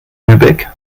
lübeck